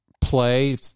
play